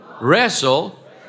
wrestle